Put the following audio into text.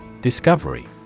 Discovery